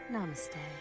Namaste